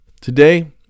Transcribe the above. today